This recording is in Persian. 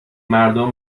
مردم